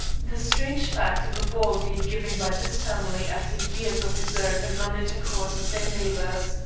the strange fact of a ball being given by this family after years of reserve and non-intercourse with their neighbors.